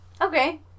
Okay